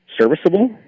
serviceable